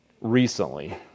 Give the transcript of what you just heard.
recently